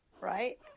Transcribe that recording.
right